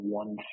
one